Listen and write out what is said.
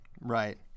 Right